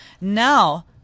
Now